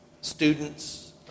students